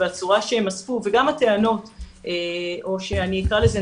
בצורה שהם אספו וגם הטענות או שאני אקרא לזה,